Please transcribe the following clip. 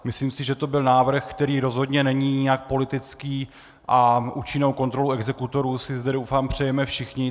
Myslím si, že to byl návrh, který rozhodně není nijak politický, a účinnou kontrolu exekutorů si zde, doufám, přejeme všichni.